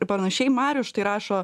ir panašiai marius štai rašo